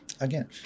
Again